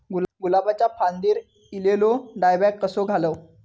गुलाबाच्या फांदिर एलेलो डायबॅक कसो घालवं?